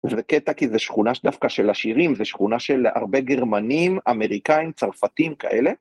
זה קטע כי זה שכונה דווקא של עשירים, זה שכונה של הרבה גרמנים, אמריקאים, צרפתים כאלה.